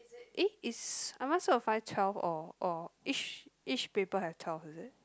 eh is am I supposed to find twelve or or each each paper have twelve is it